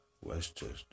Westchester